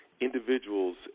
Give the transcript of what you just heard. individuals